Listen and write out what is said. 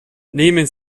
nehmen